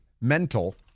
mental